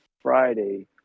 Friday